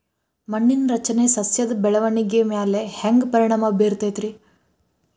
ಮಣ್ಣಿನ ರಚನೆ ಸಸ್ಯದ ಬೆಳವಣಿಗೆ ಮ್ಯಾಲೆ ಹ್ಯಾಂಗ್ ಪರಿಣಾಮ ಬೇರತೈತ್ರಿ?